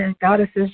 goddesses